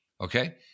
okay